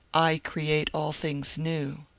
i create all things new.